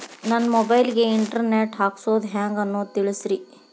ನನ್ನ ಮೊಬೈಲ್ ಗೆ internet ಹಾಕ್ಸೋದು ಹೆಂಗ್ ಅನ್ನೋದು ತಿಳಸ್ರಿ